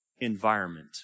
environment